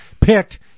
picked